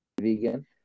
vegan